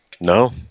No